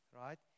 right